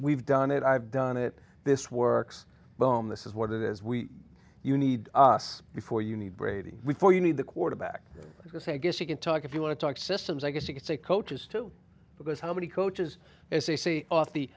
we've done it i've done it this works bone this is what it is we you need before you need brady before you need the quarterback because i guess he can talk if you want to talk systems i guess you could say coaches too because how many coaches as they see off the